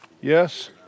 Yes